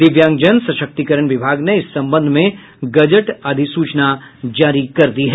दिव्यांगजन सशक्तिकरण विभाग ने इस संबंध में गजट अधिसूचना जारी कर दी है